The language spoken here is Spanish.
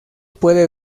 puede